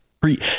pre